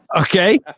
Okay